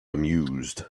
amused